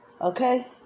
Okay